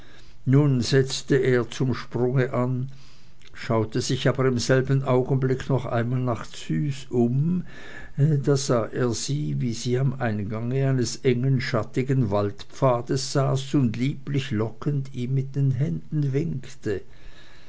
nun setzte er zum sprung an schaute sich aber im selben augenblick noch einmal nach züs um da sah er sie wie sie am eingange eines engen schattigen waldpfades saß und lieblich lockend ihm mit den händen winkte